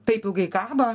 taip ilgai kaba